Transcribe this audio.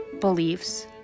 beliefs